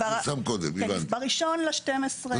ב-1/12/21.